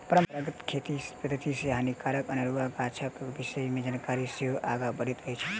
परंपरागत खेती पद्धति सॅ हानिकारक अनेरुआ गाछक विषय मे जानकारी सेहो आगाँ बढ़ैत अछि